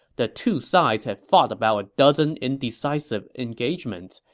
the two sides had fought about a dozen indecisive engagements,